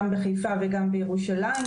גם בחיפה וגם בירושלים,